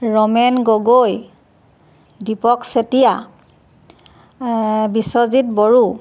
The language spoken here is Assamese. ৰমেন গগৈ দীপক চেতিয়া বিশ্বজিৎ বড়ো